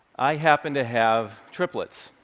i happen to have triplets.